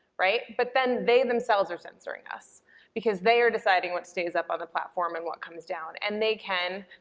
right, but then they themselves are censoring us because they are deciding what stays up on the platform and what comes down, and they can,